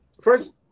first